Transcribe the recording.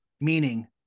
meaning